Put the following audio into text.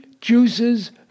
juices